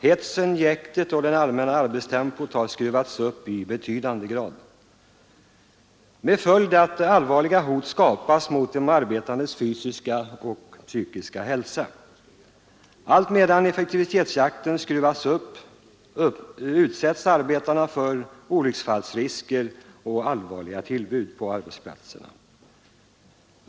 Hetsen, jäktet och det allmänna arbetstempot har skruvats upp i betydande grad, med följd att allvarliga hot skapas mot de arbetandes fysiska och psykiska hälsa. Allt medan effektivitetsjakten skruvas upp utsätts arbetarna för olycksfallsrisker och allvarliga tillbud på arbetsplatserna.